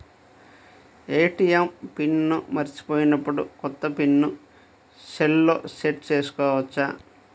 ATM pin మరచిపోయినప్పుడు, కొత్త pin సెల్లో సెట్ చేసుకోవచ్చా?